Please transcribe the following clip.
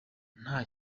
nta